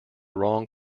wrong